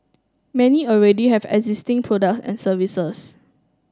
many already have existing product and services